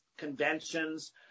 conventions